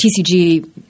TCG